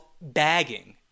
bagging